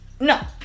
No